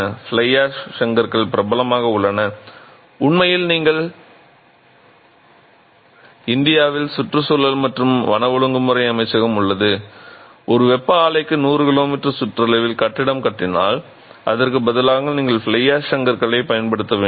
fly ash செங்கற்கள் பிரபலமாக உள்ளன உண்மையில் இந்தியாவில் சுற்றுச்சூழல் மற்றும் வன ஒழுங்குமுறை அமைச்சகம் உள்ளது நீங்கள் ஒரு வெப்ப ஆலைக்கு நூறு கிலோமீட்டர் சுற்றளவில் கட்டிடம் கட்டினால் அதற்கு பதிலாக நீங்கள் ஃப்ளை ஆஷ் செங்கற்களைப் பயன்படுத்த வேண்டும்